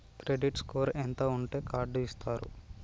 Credit score ఎంత ఉంటే card ఇస్తారు?